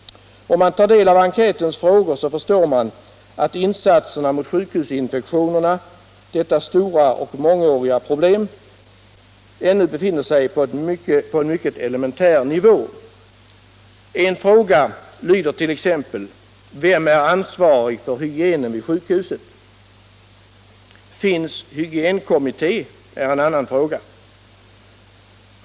Om man tar del av enkätens frågor förstår man att insatserna mot sjukhusinfektionerna — detta stora och mångåriga problem — ännu befinner sig på en mycket elementär nivå. En fråga lyder t.ex.: Vem är ansvarig för hygienen vid sjukhuset? Finns hygienkommitté? är en annan fråga.